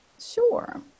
sure